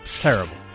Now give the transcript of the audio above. terrible